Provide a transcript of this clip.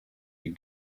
you